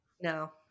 no